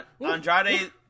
Andrade